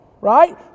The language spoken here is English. right